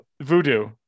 Voodoo